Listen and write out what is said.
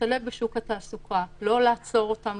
להשתלב בשוק התעסוקה לא לעצור אותם,